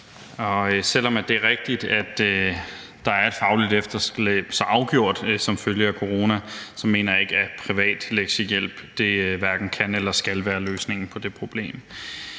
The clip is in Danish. selv om det er rigtigt, at der er et fagligt efterslæb – det er der så afgjort – som følge af corona, mener jeg ikke, at privat lektiehjælp kan eller skal være løsningen på det problem.